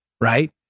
right